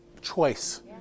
choice